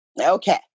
Okay